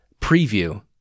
preview